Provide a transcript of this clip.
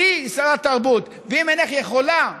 היי שרת תרבות, ואם אינך יכולה,